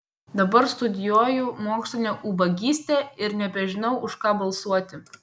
dabar studijuoju mokslinę ubagystę ir nebežinau už ką balsuoti